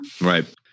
Right